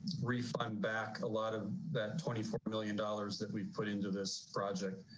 refund back a lot of that twenty five million dollars that we've put into this project.